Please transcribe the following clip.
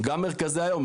גם מרכזי היום.